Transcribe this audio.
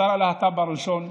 השר הלהט"ב הראשון.